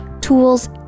tools